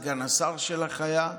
סגן השר שלך היה,